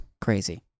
Crazy